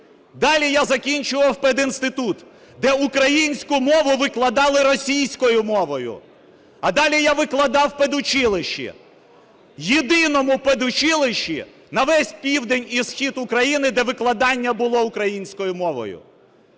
Далі я закінчував педінститут, де українську мову викладали російською мовою. А далі я викладав в педучилищі, єдиному педучилищі на весь південь і схід України, де викладання було українською мовою.